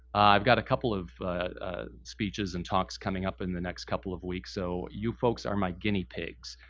i've got a couple of speeches, and talks, coming up in the next couple of weeks, so you folks are my guinea pigs.